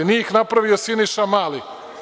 Nije ih napravio Siniša Mali.